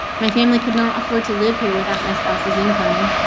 my family could not afford to live here without my spouses income.